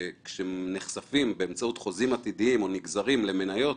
כשנחשפים באמצעות חוזים עתידיים או נגזרים למניות,